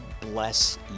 bless